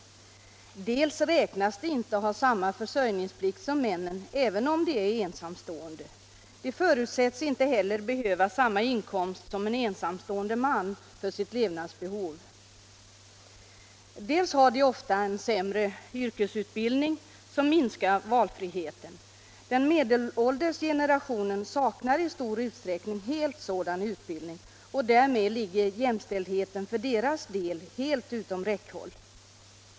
Dels räknas de inte ha samma försörjningsplikt som männen även om de är ensamstående — de förutsätts inte heller behöva samma inkomst som en ensamstående man för sitt levnadsbehov — dels har de ofta en sämre yrkesutbildning, vilket minskar valfriheten. Den medelålders generationen av kvinnor saknar i stor utsträckning helt sådan utbildning, och därmed ligger jämställdheten för deras del helt utom räckhåll.